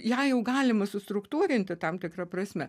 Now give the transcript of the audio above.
ją jau galima sustruktūrinti tam tikra prasme